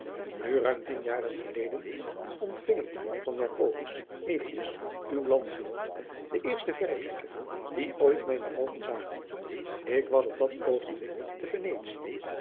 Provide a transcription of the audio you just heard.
nu ruim tien jaren geleden ontving ik van jacobus metius uw landgenoot den eersten verrekijker dien ooit mijne oogen zagen ik was op dat oogenblik te venetie